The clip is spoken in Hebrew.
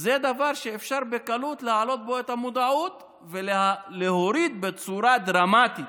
זה דבר שאפשר בקלות להעלות בו את המודעות ולהוריד בצורה דרמטית